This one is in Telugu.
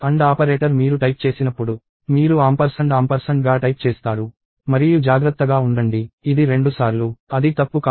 AND ఆపరేటర్ మీరు టైప్ చేసినప్పుడు మీరు ఆంపర్సండ్ ఆంపర్సండ్ గా టైప్ చేస్తారు మరియు జాగ్రత్తగా ఉండండి ఇది రెండుసార్లు అది తప్పు కాదు